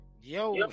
Yo